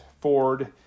Ford